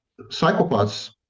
psychopaths